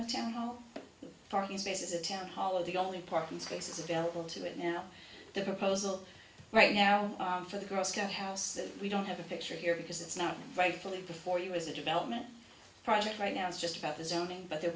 the town no parking spaces a town hall are the only parking spaces available to it now the proposal right now for the girl scout house that we don't have a picture here because it's not very fully for you as a development project right now it's just about the zoning but there